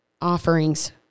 offerings